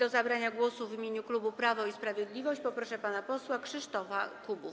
O zabranie głosu w imieniu klubu Prawo i Sprawiedliwość poproszę pana posła Krzysztofa Kubowa.